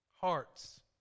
hearts